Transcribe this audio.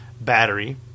battery